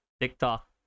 TikTok